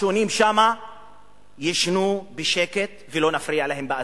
השונים שמה יישנו בשקט ולא נפריע להם באזאן.